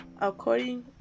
according